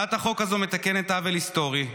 הצעת החוק הזאת מתקנת עוול היסטורי.